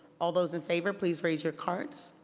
all those in favor, please raise your cards.